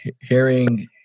hearing